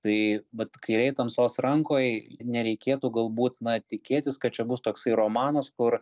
tai vat kairėj tamsos rankoj nereikėtų galbūt na tikėtis kad čia bus toksai romanas kur